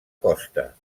costa